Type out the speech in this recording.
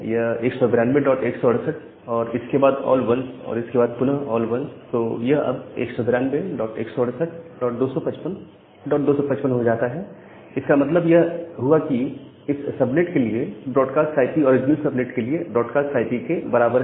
यह 192168 और इसके बाद ऑल 1s और इसके बाद पुनः ऑल 1s तो यह अब 192168255255 हो जाता है इसका मतलब यह हुआ कि इस सबनेट के लिए broadcast I P original subnet के लिए ब्रॉडकास्ट आईपी के बराबर है